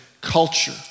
culture